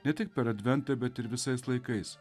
ne tik per adventą bet ir visais laikais